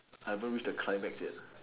I haven't reach the climax yet